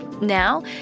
Now